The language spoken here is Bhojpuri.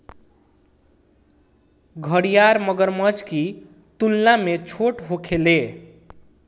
घड़ियाल मगरमच्छ की तुलना में छोट होखेले